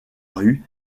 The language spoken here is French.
rue